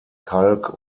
kalk